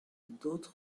d’autres